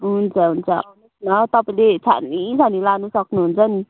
हुन्छ हुन्छ ल तपाईँले छान्नी छान्नी लानु सक्नुहुन्छ नि